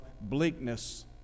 bleakness